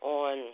on